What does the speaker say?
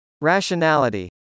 Rationality